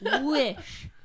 wish